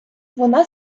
вона